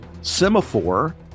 Semaphore